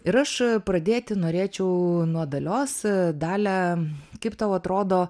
ir aš pradėti norėčiau nuo dalios dalia kaip tau atrodo